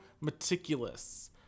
meticulous